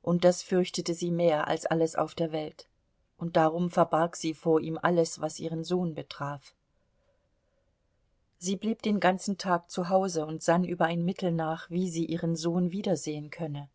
und das fürchtete sie mehr als alles auf der welt und darum verbarg sie vor ihm alles was ihren sohn betraf sie blieb den ganzen tag zu hause und sann über ein mittel nach wie sie ihren sohn wiedersehen könne